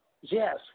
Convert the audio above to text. Yes